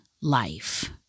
life